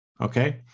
Okay